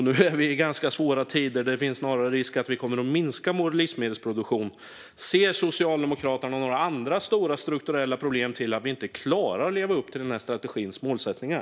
Nu är vi i ganska svåra tider då det snarare finns risk för att vi kommer att minska vår livsmedelsproduktion. Ser Socialdemokraterna några andra stora strukturella problem som gör att vi inte klarar att leva upp till strategins målsättningar?